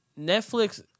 Netflix